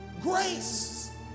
grace